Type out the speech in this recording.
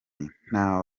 nta